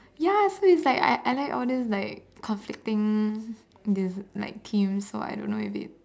ya so it's like I I like all these like conflicting des~ like themes so I don't know if it